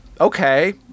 okay